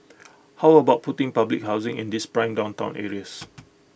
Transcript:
how about putting public housing in these prime downtown areas